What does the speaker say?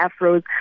afros